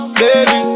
baby